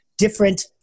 different